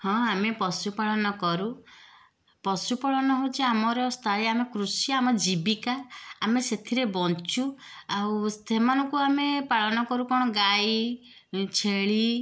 ହଁ ଆମେ ପଶୁ ପାଳନ କରୁ ପଶୁ ପାଳନ ହେଉଛି ଆମର ସ୍ଥାୟୀ ଆମେ କୃଷି ଆମ ଜୀବିକା ଆମେ ସେଥିରେ ବଞ୍ଚୁ ଆଉ ସେମାନଙ୍କୁ ଆମେ ପାଳନ କରୁ କ'ଣ ଗାଈ ଛେଳି